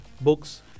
books